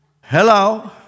Hello